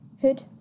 Hood